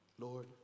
Lord